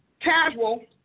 casual